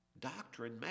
Doctrine